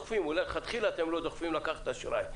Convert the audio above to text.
מלכתחילה אתם לא דוחפים לקחת אשראי,